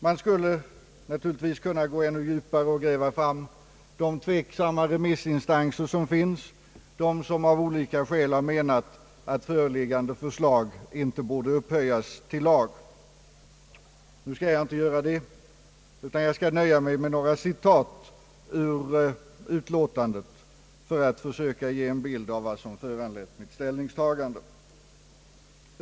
Man skulle naturligtvis kunna gå ännu djupare och gräva fram de tveksamma remissinstanser som finns, de som av olika skäl menat att föreliggande förslag inte borde upphöjas till lag. Nu skall jag emellertid inte göra det, utan jag skall nöja mig med några citat ur utlåtandet för att försöka ge en bild av vad som föranlett mitt ställningstagande.